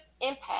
impact